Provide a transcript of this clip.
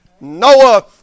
Noah